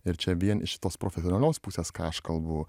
ir čia vien iš šitos profesionalios pusės ką aš kalbu